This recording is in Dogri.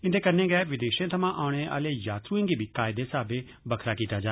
इन्दे कन्नै गै विदेशें थमां औने आले यात्रुएं गी बी कायदे साहबै बक्खरा कीता जा